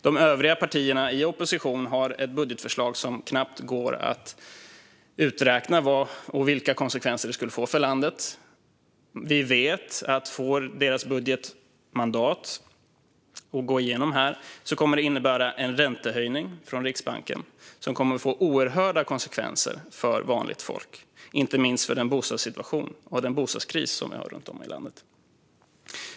De övriga partierna i oppositionen har ett budgetförslag som knappt går att räkna på vilka konsekvenser det skulle få för landet. Vi vet att om deras budget skulle gå igenom här kommer det att innebära en räntehöjning från Riksbanken som kommer att få oerhört stora konsekvenser för vanligt folk, inte minst med tanke på den bostadssituation och den bostadskris som vi har runt om i landet.